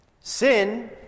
Sin